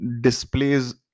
displays